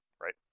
right